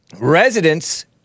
residents